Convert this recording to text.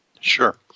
Sure